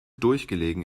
durchgelegen